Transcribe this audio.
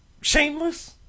Shameless